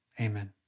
amen